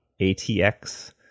ATX